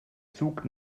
zug